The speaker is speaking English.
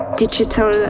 Digital